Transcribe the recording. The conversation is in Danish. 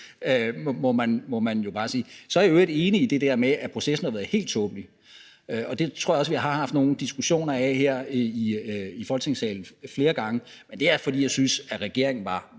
Så er jeg i øvrigt enig i det der med, at processen har været helt tåbelig, og det tror jeg også vi har haft nogle diskussioner af her i Folketingssalen flere gange; men det er altså, fordi jeg synes, at regeringen var